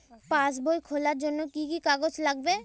পাসবই খোলার জন্য কি কি কাগজ লাগবে?